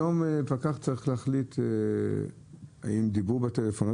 היום פקח צריך להחליט אם דיברו בטלפון,